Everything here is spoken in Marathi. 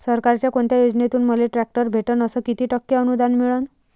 सरकारच्या कोनत्या योजनेतून मले ट्रॅक्टर भेटन अस किती टक्के अनुदान मिळन?